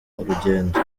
urugendo